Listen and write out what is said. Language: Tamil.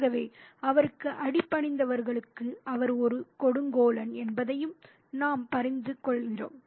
ஆகவே அவருக்கு அடிபணிந்தவர்களுக்கு அவர் ஒரு கொடுங்கோலன் என்பதையும் நாம் புரிந்துகொள்கிறோம்